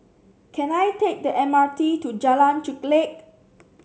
can I take the M R T to Jalan Chulek